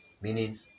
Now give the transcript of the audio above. meaning